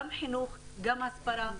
גם חינוך, גם הסברה.